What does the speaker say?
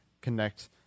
connect